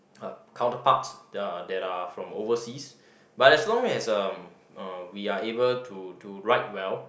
uh counterparts that are that are from overseas but as long as um uh we are able to to write well